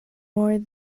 more